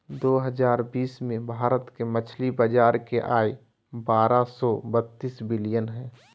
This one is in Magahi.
दो हजार बीस में भारत के मछली बाजार के आय बारह सो बतीस बिलियन हइ